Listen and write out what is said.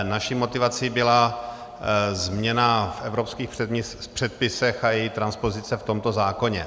Naší motivací byla změna v evropských předpisech a její transpozice v tomto zákoně.